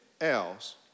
else